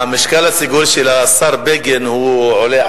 המשקל הסגולי של השר בגין הוא עולה על,